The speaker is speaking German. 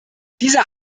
dieser